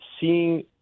seeing